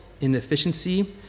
inefficiency